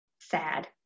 sad